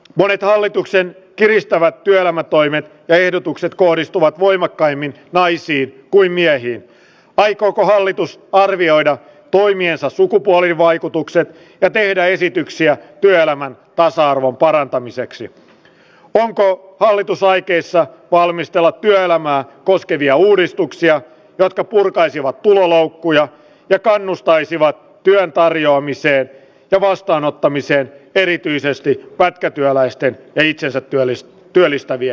monet hallituksen kiristävät työelämätoimen ehdotukset kohdistuvat voimakkaimmin naisiin kuin miehiä aikooko hallitus arvioida toimiensa sukupuolivaikutuksen tehdä esityksiä työelämän tasa arvon parantamiseksi vähentää valitusaikeissa valmistella työelämää koskevia uudistuksia jotka purkaisivat pienen kujan ja kannustaisivat työn tarjoamiseen ja vastaanottamiseen erityisesti pätkätyöläisten ei paavo arhinmäki luki välikysymystekstin